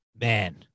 Man